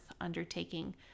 undertaking